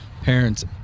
parents